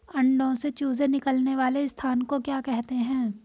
अंडों से चूजे निकलने वाले स्थान को क्या कहते हैं?